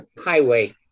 Highway